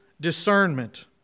discernment